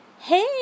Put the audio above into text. hey